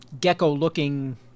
gecko-looking